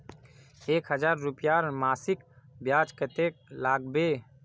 एक हजार रूपयार मासिक ब्याज कतेक लागबे?